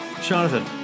Jonathan